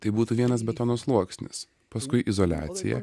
tai būtų vienas betono sluoksnis paskui izoliacija